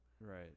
right